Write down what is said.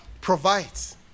provides